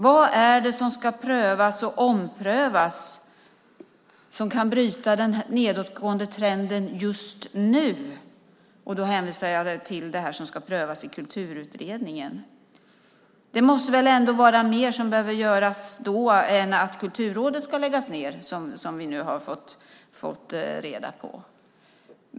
Vad är det som ska prövas och omprövas som kan bryta den nedåtgående trenden just nu? Då hänvisar jag till det som ska prövas i Kulturutredningen. Det måste väl ändå vara mer som behöver göras än att Kulturrådet ska läggas ned, vilket vi nu har fått reda på.